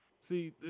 see